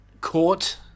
court